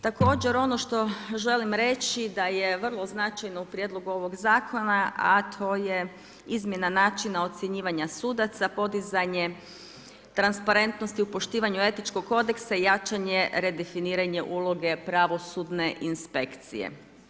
Također, ono što želim reći da je vrlo značajno u prijedlogu ovog Zakona, a to je izmjena načina ocjenjivanja sudaca, podizanje transparentnosti u poštivanju etičkog kodeksa i jačanje redefiniranje uloge pravosudne inspekcije.